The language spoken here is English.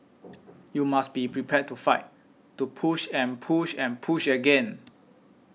you must be prepared to fight to push and push and push again